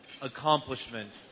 accomplishment